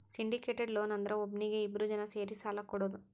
syndicated loan ಅಂದುರ್ ಒಬ್ನೀಗಿ ಇಬ್ರು ಜನಾ ಸೇರಿ ಸಾಲಾ ಕೊಡೋದು